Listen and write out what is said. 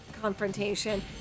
confrontation